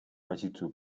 позицию